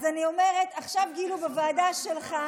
אז אני אומרת, עכשיו גילו בוועדה שלך,